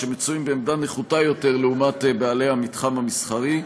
שמצויים בעמדה נחותה יותר לעומת בעלי המתחם המסחרי.